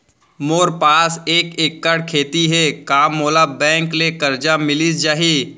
मोर पास एक एक्कड़ खेती हे का मोला बैंक ले करजा मिलिस जाही?